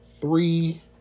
three